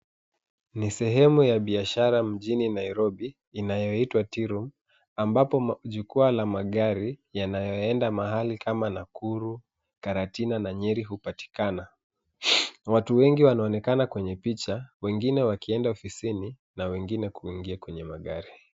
Ni sehemu ya biashara mjini Nairobi, inayoitwa Tea room, ambapo jukwaa la magari yanayoenda mahali kama, Nakuru, Karatina, na Nyeri, hupatikana. Watu wengi wanaonekana kwenye picha, wengine wakienda ofisini na wengine kuingia kwenye magari.